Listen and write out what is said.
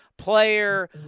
player